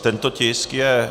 Tento tisk je...